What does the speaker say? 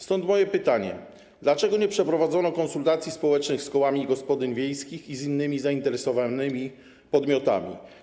Stąd moje pytanie: Dlaczego nie przeprowadzono konsultacji społecznych z kołami gospodyń wiejskich i z innymi zainteresowanymi podmiotami?